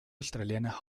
australiana